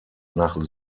nach